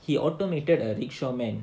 he automated a rickshaw man